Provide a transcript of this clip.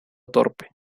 torpe